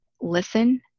listen